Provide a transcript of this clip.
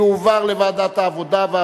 לדיון מוקדם בוועדת העבודה,